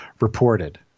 reported